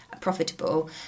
profitable